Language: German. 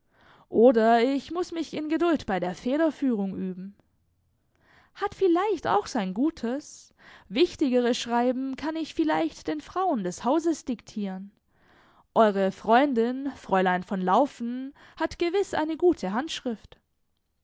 oder ich muß mich in geduld bei der federführung üben hat vielleicht auch sein gutes wichtigere schreiben kann ich vielleicht den frauen des hauses diktieren eure freundin fräulein von laufen hat gewiß eine gute handschrift